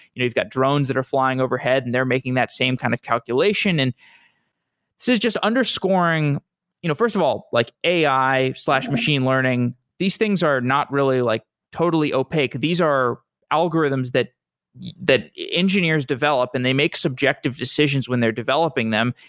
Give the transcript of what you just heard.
you've got drones that are flying overhead and they're making that same kind of calculation. and it's just underscoring you know first of all, like ai machine learning. these things are not really like totally opaque. these are algorithms that that engineers develop and they make subjective decisions when they're developing them,